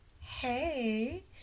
Hey